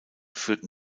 führten